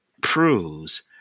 proves